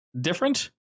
different